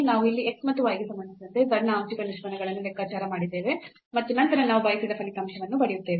ನಾವು ಇಲ್ಲಿ x ಮತ್ತು y ಗೆ ಸಂಬಂಧಿಸಿದಂತೆ z ನ ಆಂಶಿಕ ನಿಷ್ಪನ್ನಗಳನ್ನು ಲೆಕ್ಕಾಚಾರ ಮಾಡಿದ್ದೇವೆ ಮತ್ತು ನಂತರ ನಾವು ಬಯಸಿದ ಫಲಿತಾಂಶವನ್ನು ಪಡೆಯುತ್ತೇವೆ